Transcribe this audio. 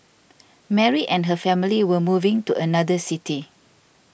Mary and her family were moving to another city